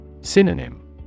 Synonym